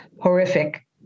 horrific